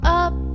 up